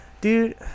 Dude